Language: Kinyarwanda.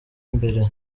mbere